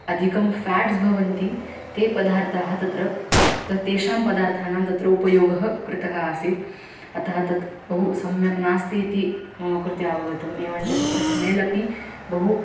अधिकं फ़ेट्स् भवन्ति ते पदार्ताः तत्र तु तेषां पदार्थानां तत्र उपयोगः कृतः आसीत् अतः तत् बहु सम्यक् नास्ति इति मम कृते अवगतम् एवञ्च तस्य स्मेल् अपि बहु